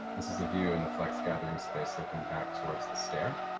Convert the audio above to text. this is a view in the flex gathering space, looking back towards the stair.